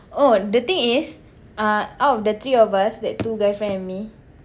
oh the thing is uh out of the three of us that two guy friend and me